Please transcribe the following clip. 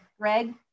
Greg